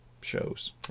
shows